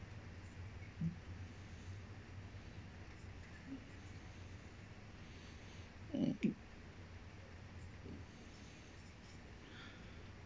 mm